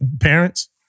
Parents